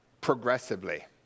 progressively